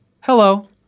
hello